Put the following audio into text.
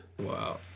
Wow